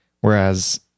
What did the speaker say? whereas